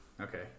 Okay